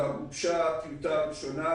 כבר הוגשה טיוטה ראשונה